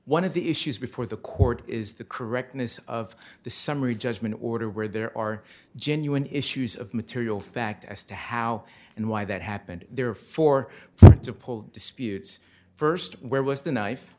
one of the issues before the court is the correctness of the summary judgment order where there are genuine issues of material fact as to how and why that happened therefore to pull disputes first where was the knife